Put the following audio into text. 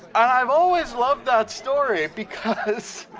i've always loved that story because